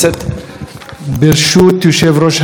ברשות יושב-ראש הישיבה,